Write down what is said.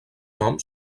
nom